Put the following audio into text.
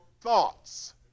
thoughts